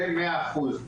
זה מאה אחוז.